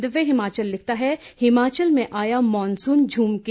दिव्य हिमाचल लिखता है हिमाचल में आया मॉनसून झूम के